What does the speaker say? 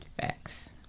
facts